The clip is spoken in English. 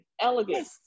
elegant